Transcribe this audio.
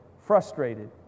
frustrated